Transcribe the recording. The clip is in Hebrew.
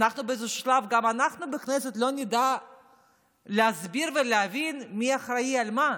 באיזה שלב גם אנחנו בכנסת לא נדע להסביר ולהבין מי אחראי למה.